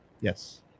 Yes